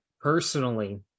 personally